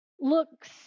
looks